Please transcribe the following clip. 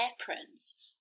aprons